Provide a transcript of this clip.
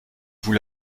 vous